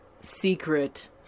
secret